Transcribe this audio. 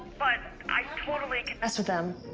but i totally can mess with them.